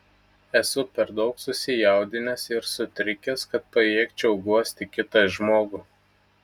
esu per daug susijaudinęs ir sutrikęs kad pajėgčiau guosti kitą žmogų